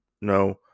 No